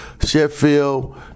Sheffield